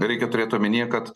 reikia turėt omenyje kad